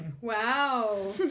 Wow